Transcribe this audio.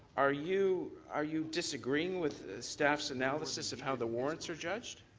are you are you disagreeing with staff's analysis of how the warrants are judged?